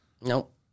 Nope